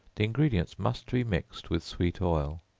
the ingredients must be mixed with sweet oil.